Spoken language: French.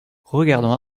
regardant